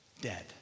dead